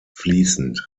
fließend